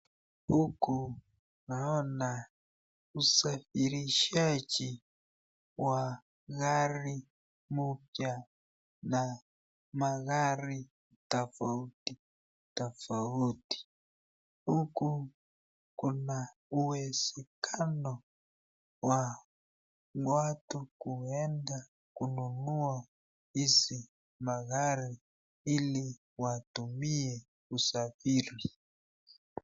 Huku naona usafirishaji wa gari moja na magari tofauti tofauti, huku kuna uwezekano wa watu kuenda kununua hizi magari ili watumie isafiri.